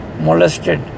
molested